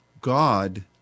God